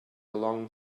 long